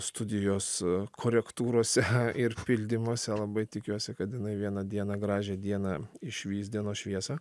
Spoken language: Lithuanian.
studijos korektūrose ir pildymuose labai tikiuosi kad jinai vieną dieną gražią dieną išvys dienos šviesą